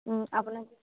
আপোনাক